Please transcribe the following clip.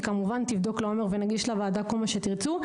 היא כמובן תבדוק לעומק ונגיש לוועדה כל מה שתרצו,